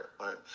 right